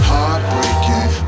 Heartbreaking